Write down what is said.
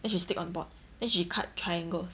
then she stick on the board then she cut triangles